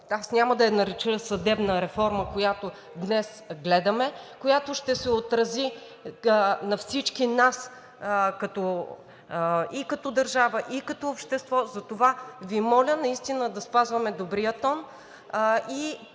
аз няма да я нарека съдебна реформа, която днес гледаме, която ще се отрази на всички нас и като държава, и като общество. Затова Ви моля наистина да спазваме добрия тон